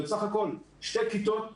זה בסך הכול שתי כיתות מינימום,